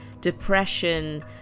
depression